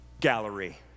gallery